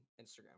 Instagram